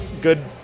good